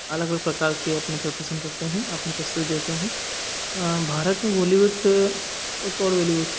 अलग अलग प्रकार के अपने प्रदर्शन करते हैं अपने को श्रेय देते हैं भारत में बॉलीवुट टोलीवुड